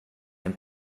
and